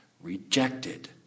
rejected